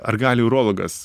ar gali urologas